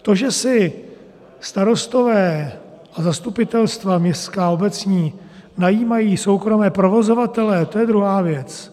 To, že si starostové a zastupitelstva městská a obecní najímají soukromé provozovatele, to je druhá věc.